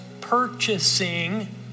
purchasing